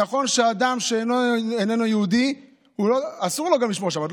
נכון שאדם שאיננו יהודי אסור לו גם לשמור שבת.